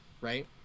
right